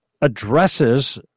addresses